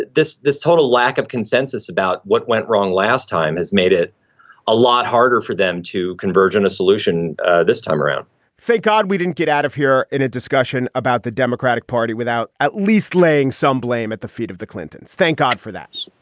this this total lack of consensus about what went wrong last time has made it a lot harder for them to converge on a solution this time around thank god we didn't get out of here in a discussion about the democratic party without at least laying some blame at the feet of the clintons. thank god for that